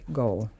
goal